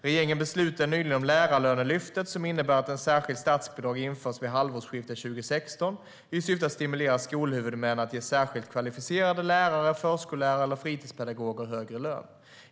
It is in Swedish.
Regeringen beslutade nyligen om Lärarlönelyftet som innebär att ett särskilt statsbidrag införs vid halvårsskiftet 2016 i syfte att stimulera skolhuvudmännen att ge särskilt kvalificerade lärare, förskollärare eller fritidspedagoger högre lön.